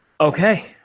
Okay